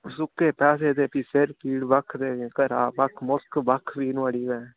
सुक्के पैसे ते फ्ही सेर पीड़ बक्ख ते घरा बक्ख मुश्क बक्ख फ्ही नोहाड़ी भैंऽ